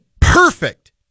perfect